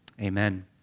Amen